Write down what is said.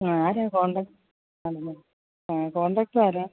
ആരാണ് കോണ്ട്രാക്റ്റർ ആണല്ലേ കോണ്ട്രാക്റ്റർ ആരാണ്